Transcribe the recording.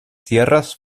tierras